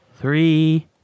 three